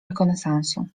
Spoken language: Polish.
rekonesansu